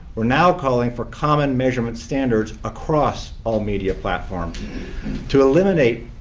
we're now calling for common measurement standards across all media platforms to eliminate,